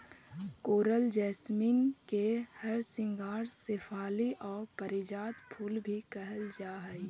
कोरल jasmine के हरसिंगार शेफाली आउ पारिजात फूल भी कहल जा हई